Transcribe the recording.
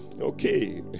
okay